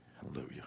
Hallelujah